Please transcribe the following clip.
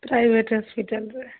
private ହସ୍ପିଟାଲରେ